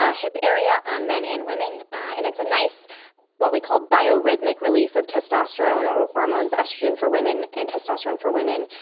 ah hip area, on men and women and it's a nice what we call biorhythmic release of testosterone, or hormones, estrogen for women, and testosterone for women,